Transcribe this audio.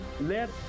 let